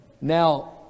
Now